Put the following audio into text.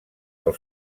pel